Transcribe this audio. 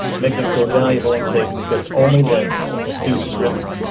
make them feel valuable and safe because only then will students risk.